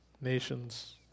nations